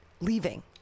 leaving